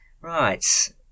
Right